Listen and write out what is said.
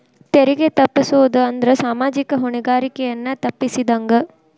ತೆರಿಗೆ ತಪ್ಪಸೊದ್ ಅಂದ್ರ ಸಾಮಾಜಿಕ ಹೊಣೆಗಾರಿಕೆಯನ್ನ ತಪ್ಪಸಿದಂಗ